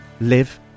live